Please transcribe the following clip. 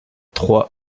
trois